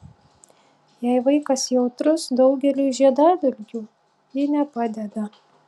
jei vaikas jautrus daugeliui žiedadulkių ji nepadeda